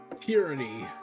tyranny